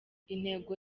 intego